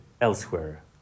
elsewhere